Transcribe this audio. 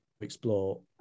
explore